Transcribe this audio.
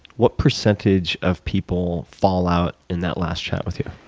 what percentage of people fall out in that last chat with you?